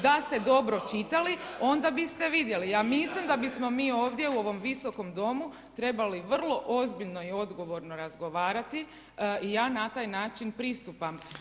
Da ste dobro čitali onda biste vidjeli. … [[Upadica sa strane, ne razumije se.]] Ja mislim da bismo mi ovdje u ovom Visokom domu trebalo ozbiljno i odgovorno razgovarati i ja na taj način pristupam.